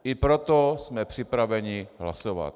I pro to jsme připraveni hlasovat.